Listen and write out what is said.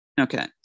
Okay